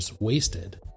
wasted